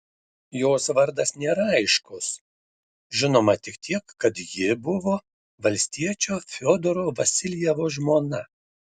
jos vardas nėra aiškus žinoma tik tiek kad ji buvo valstiečio fiodoro vasiljevo žmona